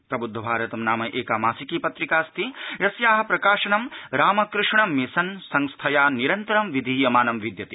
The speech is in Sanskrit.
प्रबुद्ध भारतं नाम एका मासिकी पत्रिकाऽस्ति यस्याः प्रकाशनं रामकृष्ण मिशन् संस्थया निरन्तरं विधीयमानं विद्यते